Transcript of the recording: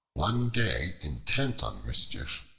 one day intent on mischief,